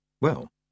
Well